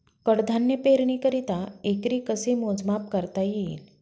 कडधान्य पेरणीकरिता एकरी कसे मोजमाप करता येईल?